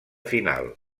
final